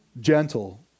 gentle